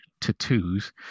tattoos